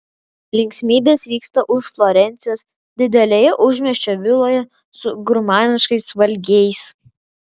linksmybės vyksta už florencijos didelėje užmiesčio viloje su gurmaniškais valgiais